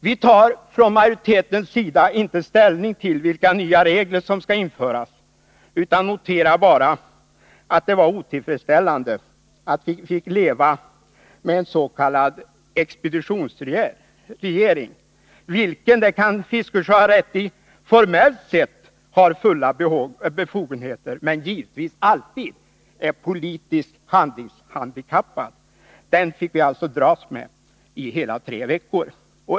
Vi tar från majoritetens sida inte ställning till vilka nya regler som skall införas, utan noterar bara att det var otillfredsställande att vi fick leva med en s.k. expeditionsregering, vilken — det kan Bertil Fiskesjö ha rätt i — formellt sett har fulla befogenheter men givietvis alltid är politiskt handikappad. Den fick vi alltså dras med i hela tre veckor.